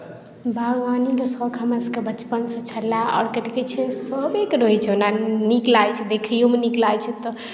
बागवानीके शौक हमरा सभकेँ बचपनसँ छलए आओर कथी कहै छै सभीकेँ रहै छै ओना नीक लागै छै देखइयोमे नीक लागै छै तऽ